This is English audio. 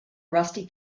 rusty